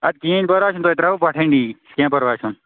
اَدٕ کِہیٖنۍ پرواے چھُنہٕ تۄہہِ ترٛاوَو بَٹھنڈی کینٛہہ پرواے چھُنہٕ